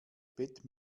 bett